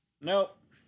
Nope